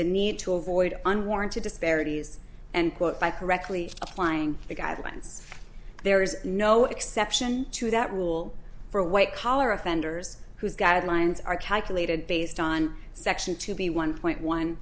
the need to avoid unwarranted disparities and quote by correctly applying the guidelines there is no exception to that rule for white collar offenders whose guidelines are calculated based on section to be one point one